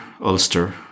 Ulster